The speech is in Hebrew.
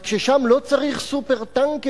רק ששם לא צריך "סופר-טנקר",